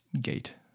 gate